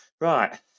Right